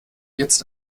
jetzt